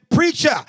preacher